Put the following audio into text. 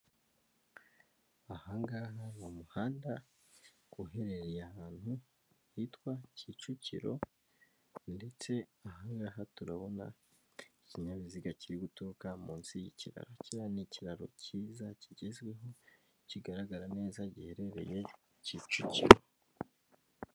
Ahangaha ni umuhanda uherereye ahantu hitwa Kicukiro ndetse ahangaha turabona ikinyabiziga kiri guturuka munsi y'ikiraro, kiriya ni ikiraro cyiza kigezweho kigaragara neza giherereye Kicukiro.